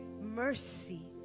Mercy